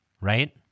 right